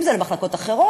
אם זה למחלקות אחרות,